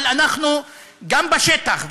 אבל אנחנו גם בשטח,